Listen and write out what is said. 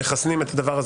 אם זה דומה למשהו,